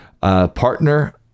partner